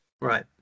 right